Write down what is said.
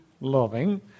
loving